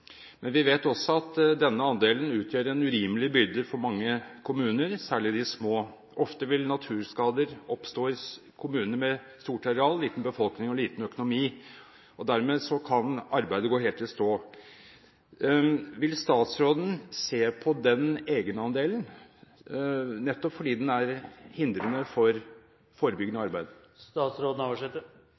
Men vi vet også at denne andelen utgjør en urimelig byrde for mange kommuner, særlig de små. Ofte vil naturskader oppstå i kommuner med stort areal, liten befolkning og liten økonomi. Dermed kan arbeidet gå helt i stå. Vil statsråden se på den egenandelen, nettopp fordi den er hindrende for forebyggende arbeid?